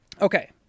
Okay